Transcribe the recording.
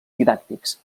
didàctics